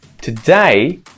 Today